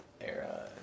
era